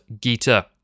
Gita